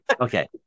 Okay